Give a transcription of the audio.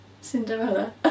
Cinderella